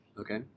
Okay